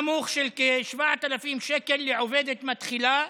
שכר נמוך של כ-7,000 שקל לעובדת מתחילה,